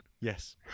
yes